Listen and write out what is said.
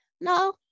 no